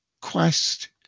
Quest